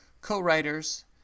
co-writers